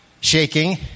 shaking